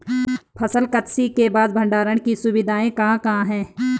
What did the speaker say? फसल कत्सी के बाद भंडारण की सुविधाएं कहाँ कहाँ हैं?